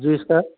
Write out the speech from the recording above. जी sir